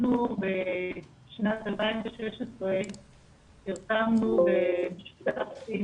אנחנו בשנת 2016 פרסמנו --- שמחה לוי